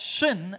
sin